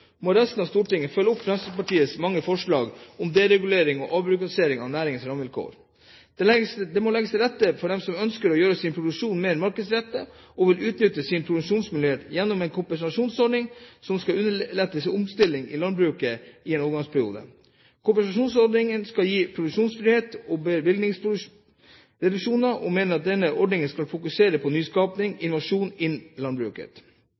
må resten av Stortinget følge opp Fremskrittspartiets mange forslag om deregulering og avbyråkratisering av næringens rammevilkår. Det må legges til rette for dem som ønsker å gjøre sin produksjon mer markedsrettet og vil utnytte sine produksjonsmuligheter gjennom en kompensasjonsordning som skal underlette omstilling i landbruket i en overgangsperiode. Kompensasjonsordningen skal gi produksjonsfrihet og bevilgningsreduksjoner, og denne ordningen skal fokusere på nyskaping og innovasjon innen landbruket.